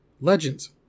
Legends